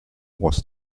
was